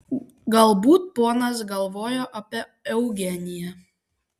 galbūt ponas galvojo apie eugeniją